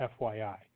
FYI